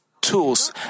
tools